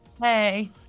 Hey